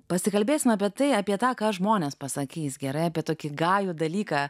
pasikalbėsime apie tai apie tą ką žmonės pasakys gerai apie tokį gajų dalyką